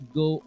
go